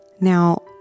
now